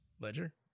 Ledger